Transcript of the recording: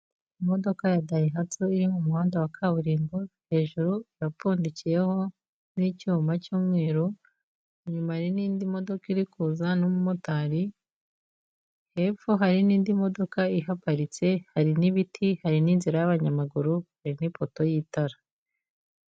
Imodoka ya Dayihatsu iri mu muhanda wa kaburimbo, hejuru irapfundikeho n'icyuma cy'umweru, inyuma hari n'indi modoka iri kuza n'umumotari, hepfo hari n'indi modoka ihaparitse, hari n'ibiti, hari n'inzira y'abanyamaguru, hari nk'ipoto y'itara.